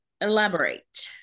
Elaborate